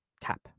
tap